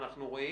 אנחנו רואים,